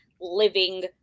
living